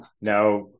Now